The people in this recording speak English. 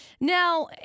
Now